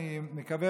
אני מקווה,